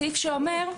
סעיף שאומר: